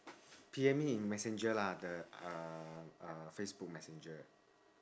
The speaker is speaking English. P_M me in messenger lah the uh uh facebook messenger